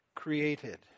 Created